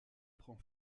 prend